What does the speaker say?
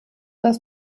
das